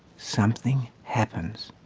something happens.